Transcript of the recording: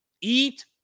Eat